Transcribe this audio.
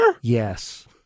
Yes